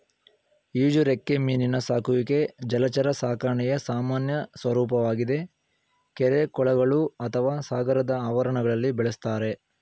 ಈಜುರೆಕ್ಕೆ ಮೀನಿನ ಸಾಕುವಿಕೆ ಜಲಚರ ಸಾಕಣೆಯ ಸಾಮಾನ್ಯ ಸ್ವರೂಪವಾಗಿದೆ ಕೆರೆ ಕೊಳಗಳು ಅಥವಾ ಸಾಗರದ ಆವರಣಗಳಲ್ಲಿ ಬೆಳೆಸ್ತಾರೆ